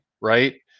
right